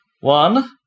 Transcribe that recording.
One